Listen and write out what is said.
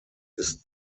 ist